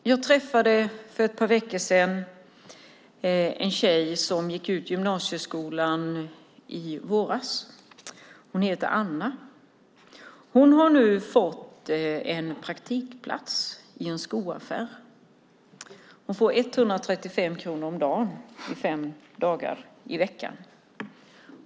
Jag träffade för ett par veckor sedan en tjej som gick ut gymnasieskolan i våras. Hon heter Anna. Hon har fått en praktikplats i en skoaffär. Hon får 135 kronor om dagen fem dagar i veckan.